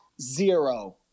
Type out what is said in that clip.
zero